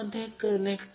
81 angle 21